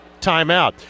timeout